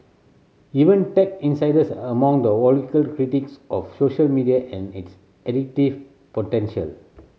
even tech insiders are among the critics of social media and its addictive potential